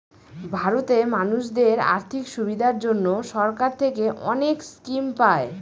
ভারতে মানুষদের আর্থিক সুবিধার জন্য সরকার থেকে অনেক স্কিম পায়